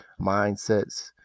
mindsets